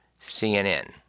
CNN